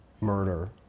murder